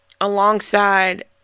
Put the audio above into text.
alongside